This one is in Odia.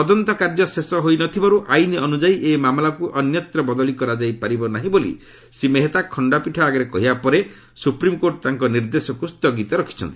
ତଦନ୍ତ କାର୍ଯ୍ୟ ଶେଷ ହୋଇ ନ ଥିବାରୁ ଆଇନ ଅନୁଯାୟୀ ଏହି ମାମଲାକୁ ଅନ୍ୟତ୍ର ବଦଳି କରାଯାଇପାରିବ ନାହିଁ ବୋଲି ଶ୍ରୀ ମେହେତା ଖଣ୍ଡପୀଠ ଆଗରେ କହିବା ପରେ ସୁପ୍ରିମ୍କୋର୍ଟ ତାଙ୍କ ନିର୍ଦ୍ଦେଶକୁ ସ୍ଥଗିତ ରଖିଛନ୍ତି